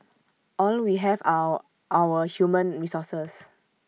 all we have are our human resources